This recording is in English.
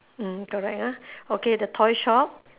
mm correct ah okay the toy shop